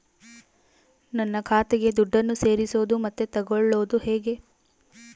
ನನ್ನ ಖಾತೆಗೆ ದುಡ್ಡನ್ನು ಸೇರಿಸೋದು ಮತ್ತೆ ತಗೊಳ್ಳೋದು ಹೇಗೆ?